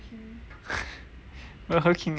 Burger King 哪里有